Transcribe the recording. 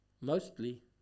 Mostly